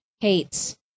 hates